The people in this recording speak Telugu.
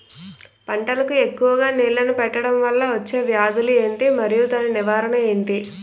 పంటలకు ఎక్కువుగా నీళ్లను పెట్టడం వలన వచ్చే వ్యాధులు ఏంటి? మరియు దాని నివారణ ఏంటి?